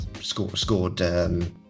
scored